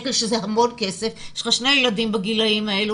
שקלים שזה המון כסף וכשיש לך שני ילדים בגילים האלה,